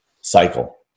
cycle